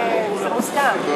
זה מוסכם.